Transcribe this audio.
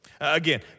Again